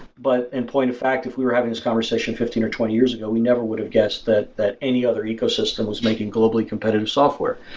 but employing a fact if we were having this conversation, fifteen or twenty years ago, we never would have guessed that that any other ecosystem was making globally competitive software.